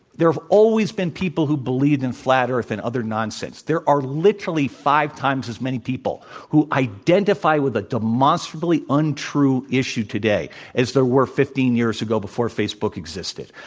there have always been people who believed in flat earth and other nonsense. there are literally five times as many people who identify with a demonstrably untrue issue today as there were fifteen years ago, before facebook existed.